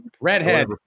Redhead